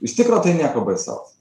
iš tikro tai nieko baisaus